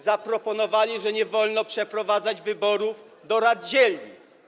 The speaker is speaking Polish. Zaproponowali, że nie wolno przeprowadzać wyborów do rad dzielnic.